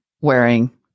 wearing